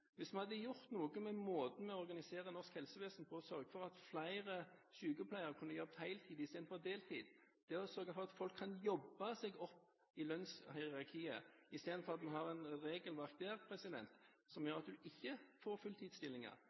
noe med måten vi organiserer norsk helsevesen på, og sørget for at flere sykepleiere kunne jobbet heltid istedenfor deltid, sørget for at folk kan jobbe seg opp i lønnshierarkiet istedenfor å ha et regelverk som gjør at du ikke får